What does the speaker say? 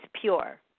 pure